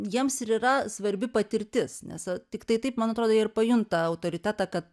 jiems ir yra svarbi patirtis nes tiktai taip man atrodo jie ir pajunta autoritetą kad